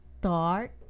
dark